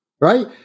right